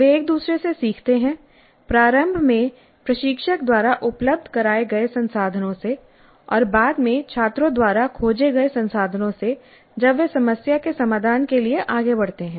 वे एक दूसरे से सीखते हैं प्रारंभ में प्रशिक्षक द्वारा उपलब्ध कराए गए संसाधनों से और बाद में छात्रों द्वारा खोजे गए संसाधनों से जब वे समस्या के समाधान के लिए आगे बढ़ते हैं